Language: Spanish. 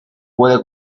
puede